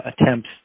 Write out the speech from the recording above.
attempts